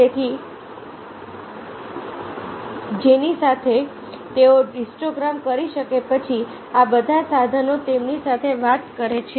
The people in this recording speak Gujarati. તેથી જેની સાથે તેઓ હિસ્ટોગ્રામ કરી શકે છે પછી આ બધા સાધનો તેમની સાથે વાત કરે છે